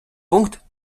пункт